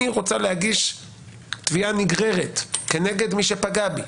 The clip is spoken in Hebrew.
אני רוצה להגיש תביעה נגררת נגד מי שפגע בי,